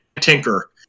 Tinker